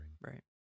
right